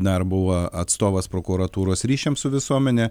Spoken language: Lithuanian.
dar buvo atstovas prokuratūros ryšiams su visuomene